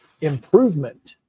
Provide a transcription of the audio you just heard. improvement